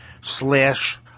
slash